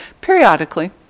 periodically